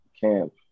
camp